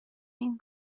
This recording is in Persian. این